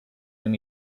room